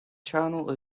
channel